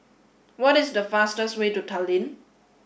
what is the fastest way to Tallinn